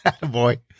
boy